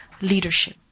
leadership